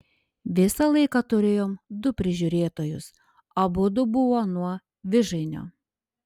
visą laiką turėjom du prižiūrėtojus abudu buvo nuo vižainio